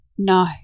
No